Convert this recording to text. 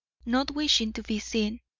not wishing to be seen,